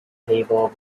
table